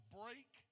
break